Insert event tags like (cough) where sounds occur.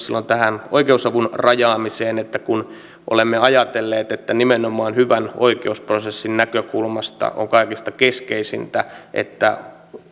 (unintelligible) silloin myös tähän oikeusavun rajaamiseen kun olemme ajatelleet että nimenomaan hyvän oikeusprosessin näkökulmasta on kaikista keskeisintä että